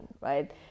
right